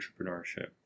entrepreneurship